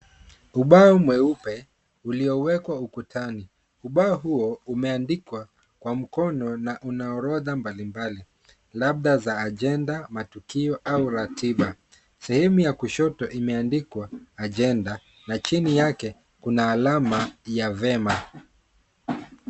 Ubao mweupe uliowekwa ukutani. Ubao huo umeandikwa kwa mkono na una orodha mbalimbali, labda za ajenda, matukio au ratiba. Sehemu ya kushoto imeandikwa AJENDA na chini yake kuna alama ya Vema .